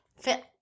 Fit